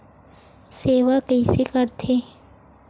सेवा कइसे करथे?